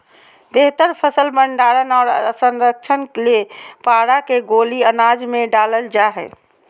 बेहतर फसल भंडारण आर संरक्षण ले पारा के गोली अनाज मे डालल जा हय